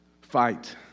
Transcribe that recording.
Fight